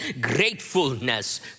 gratefulness